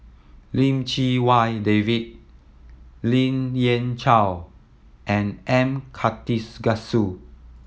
Lim Chee Wai David Lien Ying Chow and M Karthigesu